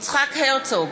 יצחק הרצוג,